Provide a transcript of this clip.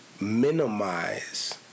minimize